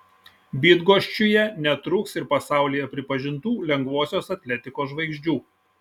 bydgoščiuje netrūks ir pasaulyje pripažintų lengvosios atletikos žvaigždžių